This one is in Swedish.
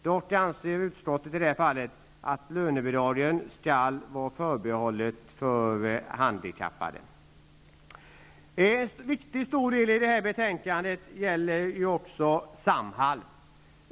Dock anser utskottet i detta fall att lönebidrag skall vara förbehållna handikappade. En stor del av detta betänkande gäller Samhall.